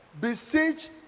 beseech